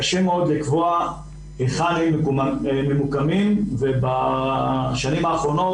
קשה מאוד לקבוע היכן הם ממוקמים ובשנים האחרונות